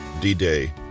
D-Day